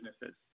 businesses